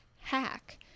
hack